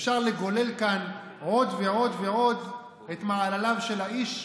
אפשר לגולל כאן עוד ועוד ועוד את מעלליו של האיש,